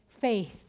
Faith